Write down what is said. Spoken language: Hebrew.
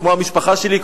כמו המשפחה שלי,